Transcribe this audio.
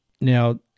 Now